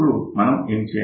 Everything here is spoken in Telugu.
ఇప్పుడు మనం ఏం చేయాలి